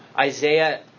Isaiah